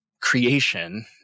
creation